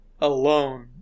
alone